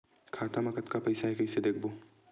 खाता मा कतका पईसा हे कइसे देखबो?